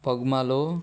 Bogmalo